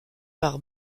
par